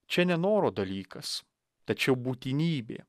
čia ne noro dalykas tačiau būtinybė